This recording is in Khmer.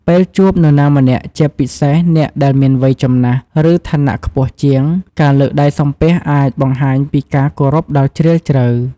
ពេលជួបអ្នកណាម្នាក់ ជាពិសេសអ្នកដែលមានវ័យចំណាស់ ឬឋានៈខ្ពស់ជាង ការលើកដៃសំពះអាចបង្ហាញពីការគោរពដ៏ជ្រាលជ្រៅ។